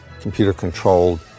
computer-controlled